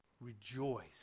Rejoice